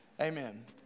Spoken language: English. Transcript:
amen